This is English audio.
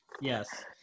yes